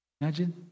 Imagine